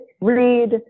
read